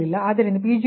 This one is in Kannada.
ಆದ್ದರಿಂದ Pg2ಯು 0